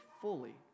fully